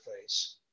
face